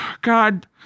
God